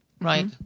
Right